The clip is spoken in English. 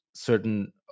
certain